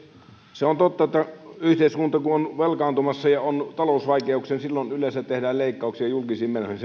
se on totta että kun yhteiskunta on velkaantumassa ja on talousvaikeuksia niin silloin yleensä tehdään leikkauksia julkisiin menoihin